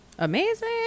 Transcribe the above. Amazing